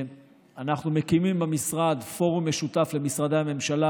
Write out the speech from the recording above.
אנחנו מקימים במשרד פורום משותף למשרדי הממשלה,